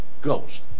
Ghost